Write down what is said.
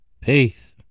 Peace